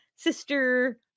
Sister